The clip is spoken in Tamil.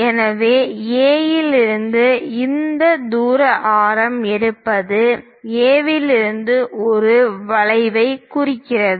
எனவே A இலிருந்து இந்த தூர ஆரம் எடுப்பது A இலிருந்து ஒரு வளைவைக் குறிக்கிறது